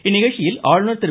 இந்நிகழ்ச்சியில் ஆளுநர் திரு